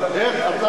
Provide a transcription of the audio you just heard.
רק שאלה,